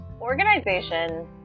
organization